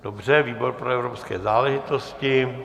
Dobře, výbor pro evropské záležitosti.